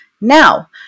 Now